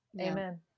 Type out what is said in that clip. Amen